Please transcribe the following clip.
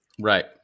Right